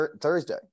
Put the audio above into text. Thursday